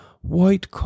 white